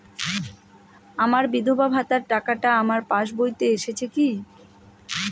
আমার বিধবা ভাতার টাকাটা আমার পাসবইতে এসেছে কি?